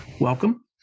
welcome